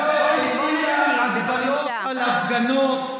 הממשלה הזאת הטילה הגבלות על הפגנות,